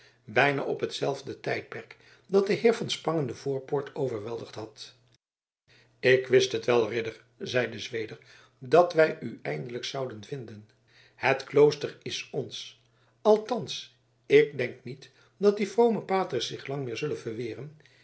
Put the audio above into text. bijna op hetzelfde tijdperk dat de heer van spangen de voorpoort overweldigd had ik wist het wel ridder zeide zweder dat wij u eindelijk zouden vinden het klooster is ons althans ik denk niet dat die vrome paters zich lang meer zullen verweren